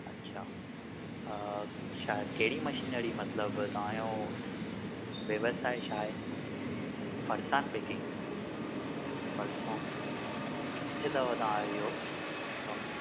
अच्छा छा कहिड़ी मशीनरी मतिलबु तव्हांजो व्यवसाय छा आहे फर्सांण पैकिंग फर्सांण किथे अथव तव्हांजो इहो कमु